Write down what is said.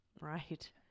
right